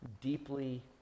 deeply